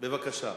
בבקשה.